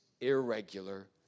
irregular